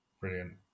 brilliant